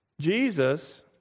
Jesus